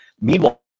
Meanwhile